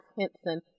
Henson